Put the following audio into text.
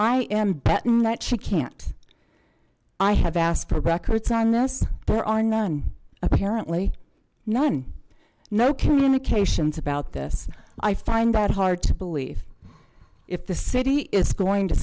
betting that she can't i have asked for records on this there are none apparently none no communications about this i find that hard to believe if the city is going to